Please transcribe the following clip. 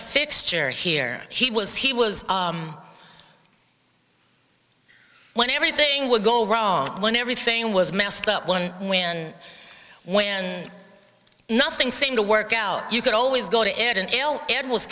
fixture here he was he was when everything would go wrong when everything was messed up one when when nothing seemed to work out you could always go to ed and al ed was